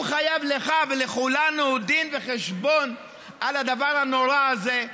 הוא חייב לך ולכולנו דין וחשבון על הדבר הנורא הזה.